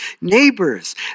neighbors